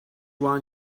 one